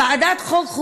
ועדת החוקה,